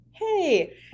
Hey